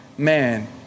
Man